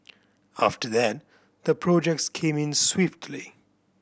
after that the projects came in swiftly